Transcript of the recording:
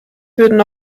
würden